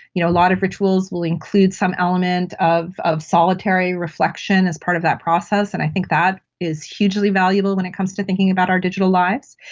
you know, a lot of rituals will include some element of of solitary reflection as part of that process, and i think that is hugely valuable when it comes to thinking about our digital lives.